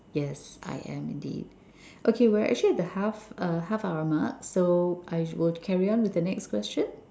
yes I am indeed okay we're actually at the half uh half hour mark so I will carry on with the next question